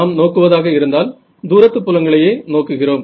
நாம் நோக்குவதாக இருந்தால் தூரத்து புலங்களையே நோக்குகிறோம்